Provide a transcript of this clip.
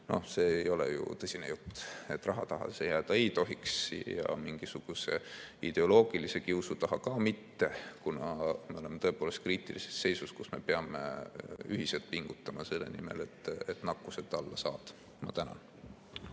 see ei ole tõsine jutt. Raha taha see jääda ei tohiks ja mingisuguse ideoloogilise kiusu taha ka mitte, kuna me oleme tõepoolest kriitilises seisus, kus me peame ühiselt pingutama selle nimel, et nakkus alla saada. Ma tänan!